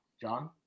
John